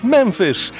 Memphis